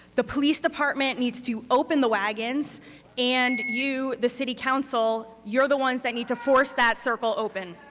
the police department needs to open the wagons and you the city council, you're the ones that need to force that circle open.